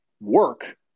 work